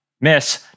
miss